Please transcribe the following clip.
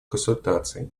консультаций